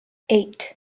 eight